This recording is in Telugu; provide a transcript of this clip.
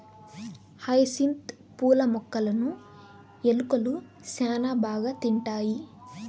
హైసింత్ పూల మొక్కలును ఎలుకలు శ్యాన బాగా తింటాయి